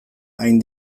hain